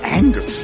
anger